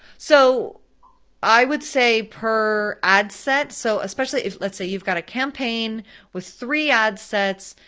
so i would say per ad set, so especially if let's say you've got a campaign with three ad sets,